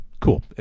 cool